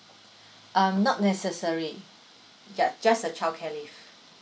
um not necessary ya just the childcare leave